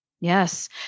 Yes